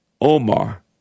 Omar